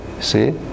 see